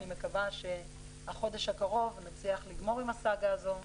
אני מקווה שבחודש הקרוב נצליח לגמור עם הסאגה הזאת.